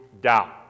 down